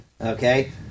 okay